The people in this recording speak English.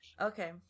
Okay